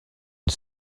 une